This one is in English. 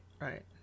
right